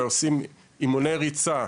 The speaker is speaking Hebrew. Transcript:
עושים אימוני ריצה,